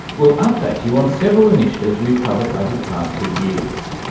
we'll update you on several initiatives we've covered over the past two years.